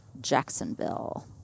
Jacksonville